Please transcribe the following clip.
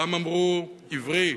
פעם אמרו: "עברי,